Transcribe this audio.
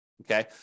okay